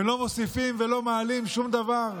הם לא מוסיפים ולא מעלים שום דבר.